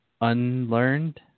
unlearned